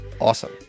Awesome